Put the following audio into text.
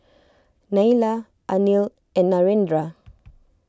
Neila Anil and Narendra